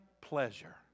pleasure